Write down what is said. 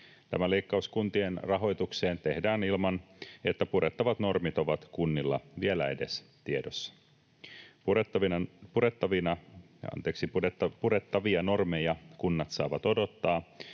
Tämä leikkaus kuntien rahoitukseen tehdään ilman, että purettavat normit ovat kunnilla vielä edes tiedossa. Purettavia normeja kunnat saavat odottaa,